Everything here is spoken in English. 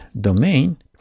domain